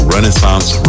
Renaissance